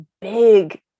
big